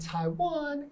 Taiwan